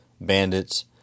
bandits